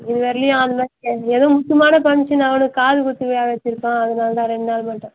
இது வர்லேயும் அந்த மாதிரி எதுவும் முக்கியமான ஃபங்க்ஷன் அவனுக்கு காதுக்குத்தி விழா வெச்சுருக்கோம் அதனால் தான் ரெண்டு நாள் மட்டும்